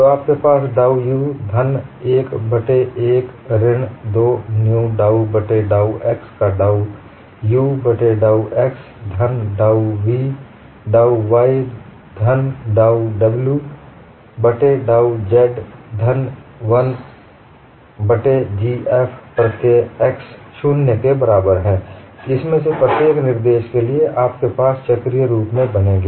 तो आपके पास u धन 1 बट्टे 1 ऋण 2 न्यु डाउ बट्टे डाउ x का डाउ u बट्टे डाउ x धन डाउ v डाउ y धन डाउ w बट्टे डाउ z धन 1 बट्टे G F प्रत्यय x शून्य के बराबर है इनमें से प्रत्येक निर्देश के लिए आपके पास चक्रीय रूप से बनेंगे